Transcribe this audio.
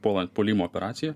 puolant puolimo operaciją